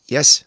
Yes